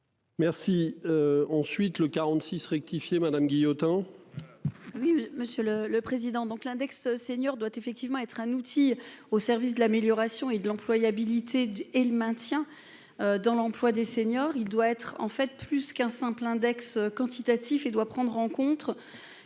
Merci. Ensuite le 46 rectifié madame Guillotin. Voilà. Oui monsieur le le président donc l'index senior doit effectivement être un outil au service de l'amélioration et de l'employabilité et le maintien. Dans l'emploi des seniors. Il doit être en fait plus qu'un simple Index quantitatif et doit prendre en contre